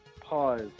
Pause